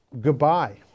goodbye